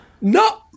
No